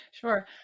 Sure